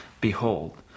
Behold